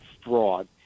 fraud